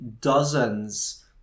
dozens